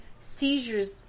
seizures